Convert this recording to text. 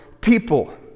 people